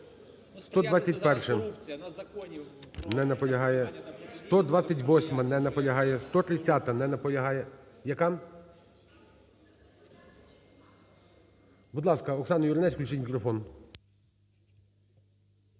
121-а. Не наполягає. 128-а. Не наполягає. 130-а. Не наполягає. Яка? Будь ласка, Оксана Юринець. Включіть мікрофон